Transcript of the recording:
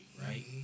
right